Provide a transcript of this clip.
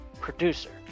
producer